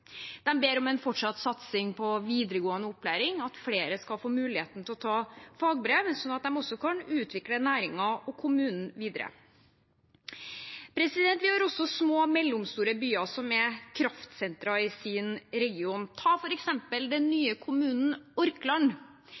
ber om en fortsatt satsing på videregående opplæring, at flere skal få muligheten til å ta fagbrev, sånn at de også kan utvikle næringen og kommunen videre. Vi har også små og mellomstore byer som er kraftsenter i sin region. Ta f.eks. den nye kommunen Orkland.